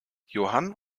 johann